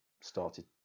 started